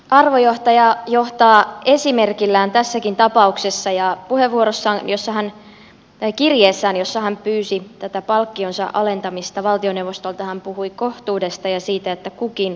arvojohtaja johtaa esimerkillään tässäkin tapauksessa ja kirjeessään jossa hän pyysi tätä palkkionsa alentamista valtioneuvostolta hän puhui kohtuudesta ja siitä että kukin kohtuuden mukaan